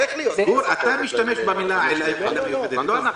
אתה משתמש במילה "עילה מיוחדת", לא אנחנו.